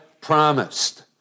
promised